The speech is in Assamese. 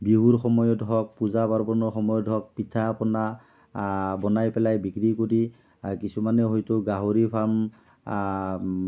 বিহুৰ সময়ত হওক পূজা পাৰ্বণৰ সময়ত হওক পিঠা পনা বনাই পেলাই বিক্ৰী কৰি কিছুমানে হয়তো গাহৰি ফাৰ্ম